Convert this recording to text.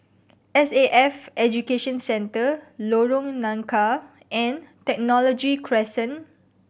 S A F Education Centre Lorong Nangka and Technology Crescent